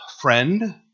friend